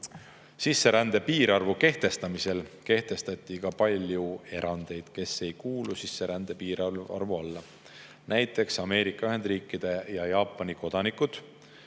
Sisserände piirarvu kehtestamisel kehtestati ka palju erandeid. Näiteks ei kuulu sisserände piirarvu alla Ameerika Ühendriikide ja Jaapani kodanikud,